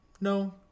no